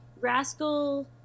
Rascal